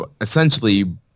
essentially